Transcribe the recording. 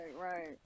right